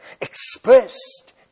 expressed